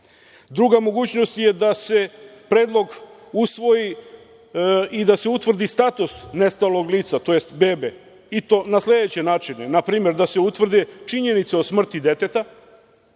Druga mogućnost je da se predlog usvoji i da se utvrdi status nestalog lica, tj. bebe i to na sledeće načine. Na primer, da se utvrde činjenice o smrti deteta,